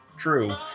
True